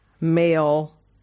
male